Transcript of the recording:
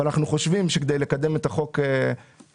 אבל אנחנו חושבים שכדי לקדם את החוק בהקדם